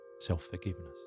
self-forgiveness